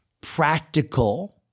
practical